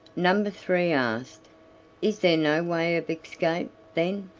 number three asked is there no way of escape, then?